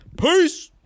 Peace